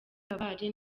kabale